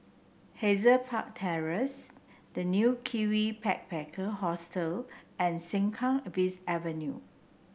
Hazel Park Terrace The New Kiwi Backpacker Hostel and Sengkang West Avenue